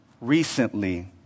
recently